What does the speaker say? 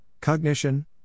Cognition